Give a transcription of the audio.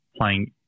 playing